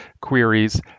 queries